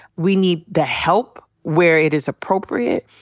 we need the help where it is appropriate.